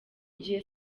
gihe